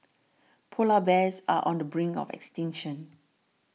Polar Bears are on the brink of extinction